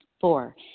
Four